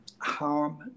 harm